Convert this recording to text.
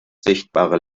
sichtbare